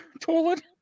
toilet